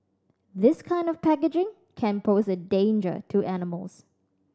this kind of packaging can pose a danger to animals